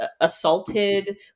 Assaulted